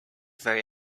very